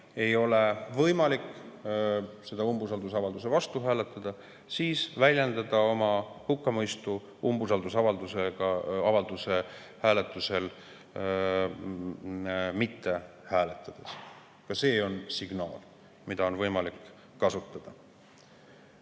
ei ole võimalik selle umbusaldusavalduse [poolt] hääletada, siis väljendage oma hukkamõistu umbusaldusavalduse hääletusel mitte hääletades – ka see on signaal, mida on võimalik kasutada.